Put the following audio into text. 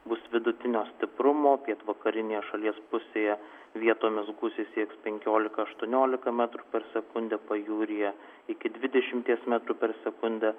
bus vidutinio stiprumo pietvakarinėje šalies pusėje vietomis gūsiai sieks penkiolika aštuoniolika metrų per sekundę pajūryje iki dvidešimties metrų per sekundę